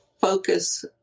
focus